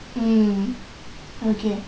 mm okay